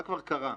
מה כבר קרה.